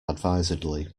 advisedly